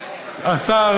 השר